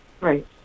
Right